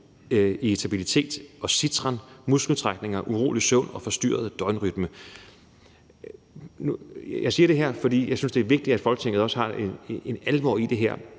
irritabilitet, sitren, muskeltrækninger, urolig søvn og forstyrret døgnrytme. Kl. 17:28 Jeg siger det her, fordi jeg synes, det er vigtigt, at Folketinget også har en alvor i det her.